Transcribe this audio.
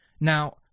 Now